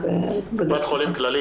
קופת חולים כללית,